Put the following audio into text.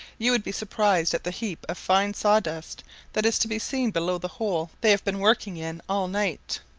you would be surprised at the heap of fine saw dust that is to be seen below the hole they have been working in all night.